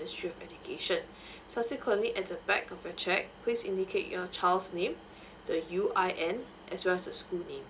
ministry of education subsequently at the back of your cheque please indicate your child's name the U_I_N as well as the school name